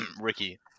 Ricky